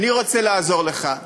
אני רוצה לעזור לך,